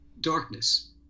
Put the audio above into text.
darkness